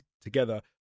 together